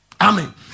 Amen